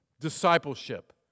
discipleship